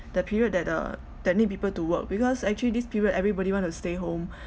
the period that uh that need people to work because actually this period everybody want to stay home